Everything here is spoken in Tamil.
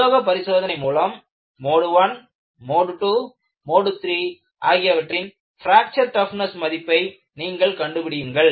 உலோக பரிசோதனையின் மூலம் mode I mode II mode III ஆகியவற்றின் பிராக்ச்சர் டப்னஸ் மதிப்பை நீங்கள் கண்டுபிடியுங்கள்